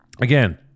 Again